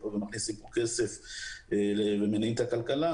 ומכניסים לכאן כסף ומניעים את הכלכלה,